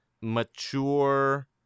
mature